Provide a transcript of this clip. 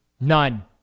None